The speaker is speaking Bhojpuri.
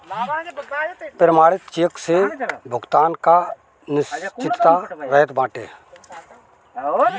प्रमाणित चेक से भुगतान कअ निश्चितता रहत बाटे